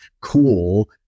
cool